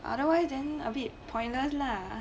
otherwise then a bit pointless lah